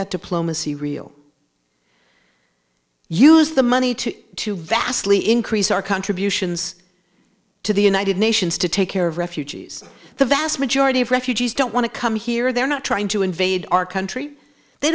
that diplomacy real use the money to to vastly increase our contributions to the united nations to take care of refugees the vast majority of refugees don't want to come here they're not trying to invade our country they